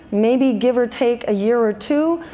maybe give or take a year or two,